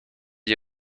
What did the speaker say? die